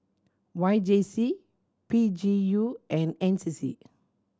Y J C P G U and N C C